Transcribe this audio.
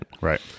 right